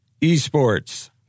esports